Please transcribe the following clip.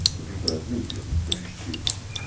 the preferred medium of british students.